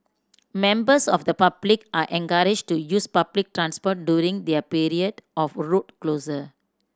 members of the public are encouraged to use public transport during the period of road closure